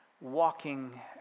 walking